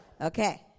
Okay